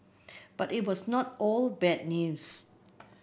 but it was not all bad news